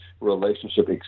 relationship